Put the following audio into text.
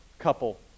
couple